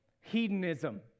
hedonism